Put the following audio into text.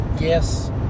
Yes